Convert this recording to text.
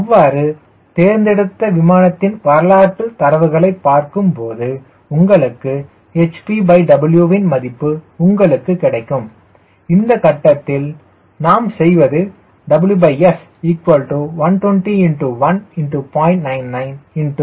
அவ்வாறு தேர்ந்தெடுத்த விமானத்தின் வரலாற்றுத் தரவுகளை பார்க்கும்போது உங்களுக்கு hpW இன் மதிப்பு உங்களுக்குக் கிடைக்கும் இந்தக் கட்டத்தில் நாம் செய்வது WS12010